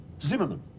Zimmerman